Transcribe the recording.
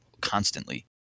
constantly